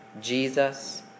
Jesus